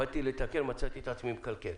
שלא באתי לתקן ומצאתי את עצמי מקלקל.